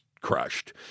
crushed